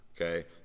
Okay